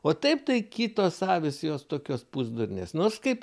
o taip tai kitos avys jos tokios pusdurnės nors kaip